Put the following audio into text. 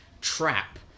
trap